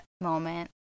moment